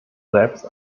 selbst